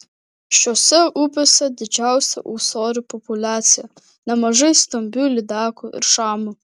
šiose upėse didžiausia ūsorių populiacija nemažai stambių lydekų ir šamų